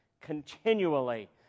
continually